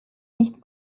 nicht